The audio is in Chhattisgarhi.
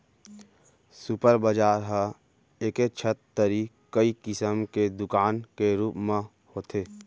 सुपर बजार ह एके छत तरी कई किसम के दुकान के रूप म होथे